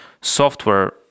software